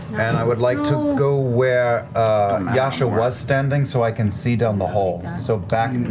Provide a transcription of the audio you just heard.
and i would like to go where yasha was standing so i can see down the hall. so back, and and